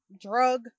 drug